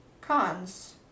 Cons